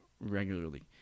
regularly